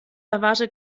erwarte